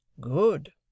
Good